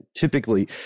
Typically